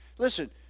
Listen